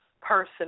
Person